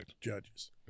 judges